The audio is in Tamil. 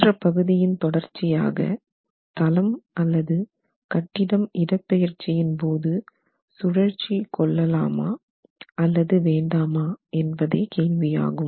சென்ற பகுதியின் தொடர்ச்சியாக தளம் அல்லது கட்டிடம் இடப்பெயர்ச்சியின் போது சுழற்சி கொள்ளலாமா அல்லது வேண்டாமா என்பதே கேள்வி ஆகும்